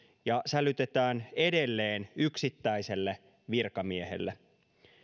ja sälytetään edelleen yksittäiselle virkamiehelle